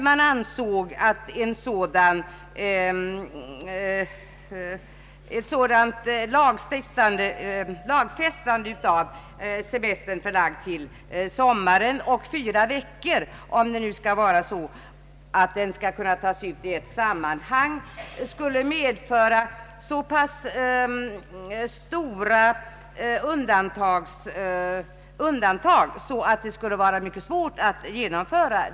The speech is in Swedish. Man ansåg emellertid att ett lagfästande av semesterns förläggning till sommaren, särskilt om fyra veckor skulle tas ut i ett sammanhang, fordrade så pass många undantag att det skulle vara mycket svårt att genomföra.